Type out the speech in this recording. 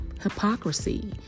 hypocrisy